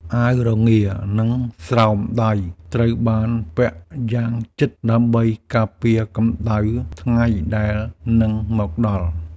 អាវរងា និងស្រោមដៃត្រូវបានពាក់យ៉ាងជិតដើម្បីការពារកម្ដៅថ្ងៃដែលនឹងមកដល់។